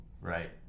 right